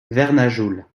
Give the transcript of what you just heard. vernajoul